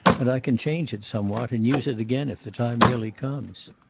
and i can change it somewhat, and use it again, if the time really comes.